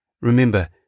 Remember